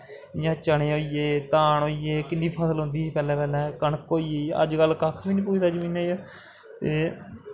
जि'यां चनें होईये धान होईये किन्नी फसल होंदी ही पैह्लैं पैह्लैं कनक होई गेई अजकल्ल कक्ख बी नेईं उगदा जमीनै च ते